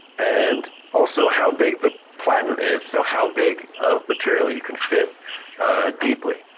and also how big the platen is, so how big of material you can fit deeply.